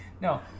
No